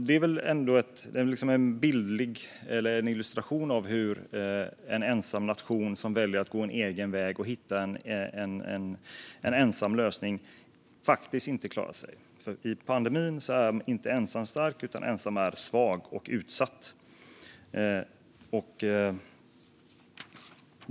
Det är väl en illustration av hur en ensam nation som väljer att gå en egen väg och hitta en ensam lösning faktiskt inte klarar sig. I pandemin är ensam inte stark, utan ensam är svag och utsatt.